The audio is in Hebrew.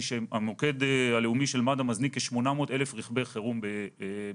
שהמוקד הלאומי של מד"א מזניק כ-800 אלף רכבי חירום בשנה.